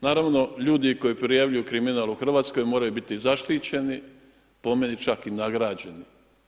Naravno ljudi koji prijavljuju kriminal u Hrvatskoj moraju biti zaštićeni, po meni čak i nagrađeni.